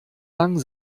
lang